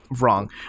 Wrong